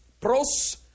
Pros